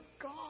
God